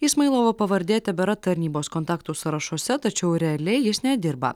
ismailovo pavardė tebėra tarnybos kontaktų sąrašuose tačiau realiai jis nedirba